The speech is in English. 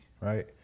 Right